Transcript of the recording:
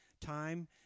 time